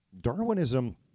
Darwinism